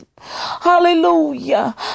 Hallelujah